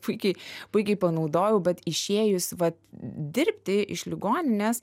puikiai puikiai panaudojau bet išėjus vat dirbti iš ligoninės